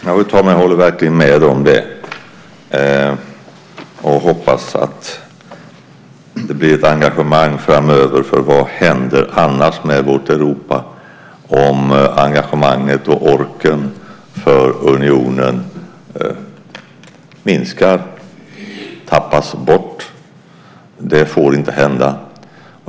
Fru talman! Ja, jag håller verkligen med om det och hoppas att det blir ett engagemang framöver. För vad händer annars med vårt Europa, om engagemanget och orken för unionen minskar, tappas bort? Det får inte hända.